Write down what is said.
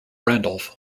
randolph